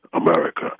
America